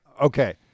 okay